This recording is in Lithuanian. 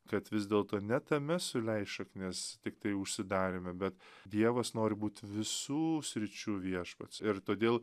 kad vis dėlto ne tame suleis šaknis tiktai užsidarėme be dievas nori būt visų sričių viešpats ir todėl